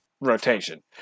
rotation